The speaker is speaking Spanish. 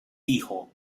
hijo